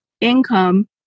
income